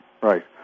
Right